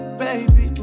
baby